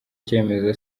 cyemezo